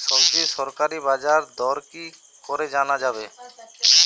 সবজির সরকারি বাজার দর কি করে জানা যাবে?